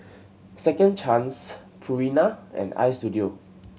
Second Chance Purina and Istudio